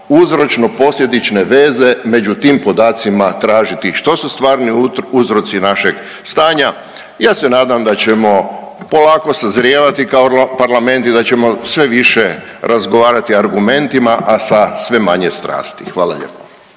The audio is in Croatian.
uzročno posljedične veze među tim podacima tražiti ih, što su stvarni uzroci našeg stanja. Ja se nadam da ćemo polako sazrijevati kao parlament i da ćemo sve više razgovarati argumentima, a sa sve manje strasti. Hvala lijepa.